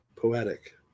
poetic